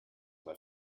mal